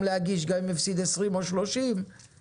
להגיש לקרן הזאת גם הפסיד 20 או 30 ולהגיד: